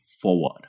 forward